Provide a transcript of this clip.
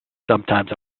sometimes